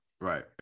Right